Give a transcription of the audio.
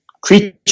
creature